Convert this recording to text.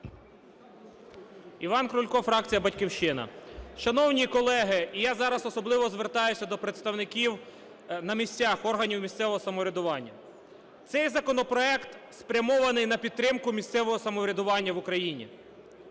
Іван Крулько, фракція "Батьківщина". Шановні колеги, і я зараз особливо звертаюся до представників на місцях, органів місцевого самоврядування, цей законопроект спрямований на підтримку місцевого самоврядування в Україні.